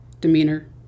demeanor